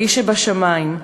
אלי שבשמים,